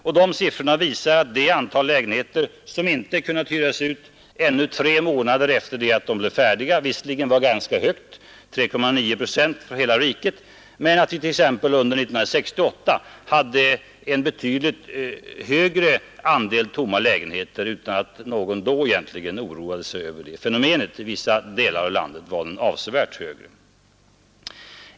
Dessa siffror visar att det antal lägenheter som inte kunnat hyras ut ännu tre månader efter att de blev färdiga visserligen var ganska högt på sommaren förra året, 3,9 procent för hela riket, men att vi t.ex. under 1968 hade betydligt högre noteringar utan att någon då egentligen oroade sig över det här fenomenet. I vissa delar av landet var antalet avsevärt högre.